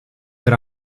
era